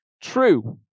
true